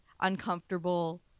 uncomfortable